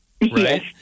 Yes